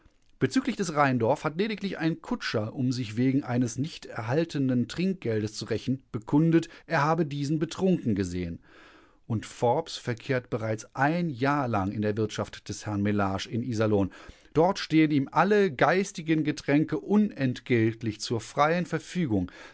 bezüglich des rheindorf hat lediglich ein kutscher um sich wegen eines nicht erhaltenen trinkgeldes zu rächen bekundet er habe diesen betrunken gesehen und forbes verkehrt bereits ein jahr lang in der wirtschaft des herrn mellage in iserlohn dort stehen ihm alle geistigen getränke unentgeltlich zur freien verfügung